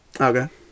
Okay